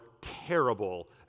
terrible